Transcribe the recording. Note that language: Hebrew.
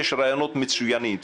יש רעיונות מצוינים.